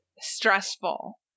stressful